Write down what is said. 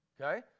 Okay